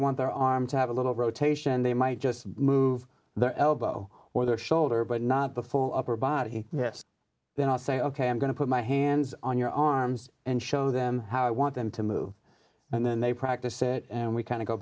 want their arm to have a little rotation they might just move their elbow or their shoulder but not before upper body then i'll say ok i'm going to put my hands on your arms and show them how i want them to move and then they practice it and we kind